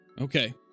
Okay